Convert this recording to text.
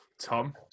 Tom